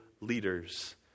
leaders